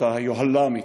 את היוהל"מית,